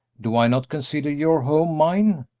do i not consider your home mine?